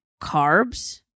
carbs